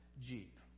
jeep